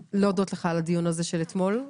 להודות לך על הדיון הזה של אתמול,